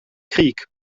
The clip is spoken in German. krieg